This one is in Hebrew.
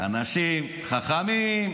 אנשים חכמים,